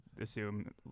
assume